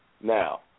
now